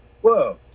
whoa